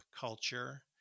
culture